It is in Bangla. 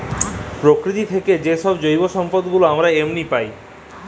পকিতি থ্যাইকে যে জৈব সম্পদ গুলা আমরা এমলি পায়